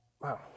wow